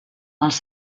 els